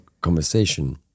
conversation